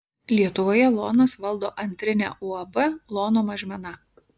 lietuvoje lonas valdo antrinę uab lono mažmena